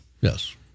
Yes